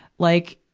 like,